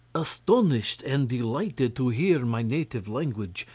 astonished and delighted to hear and my native language,